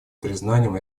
признанием